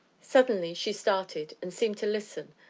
suddenly she started, and seemed to listen.